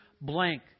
blank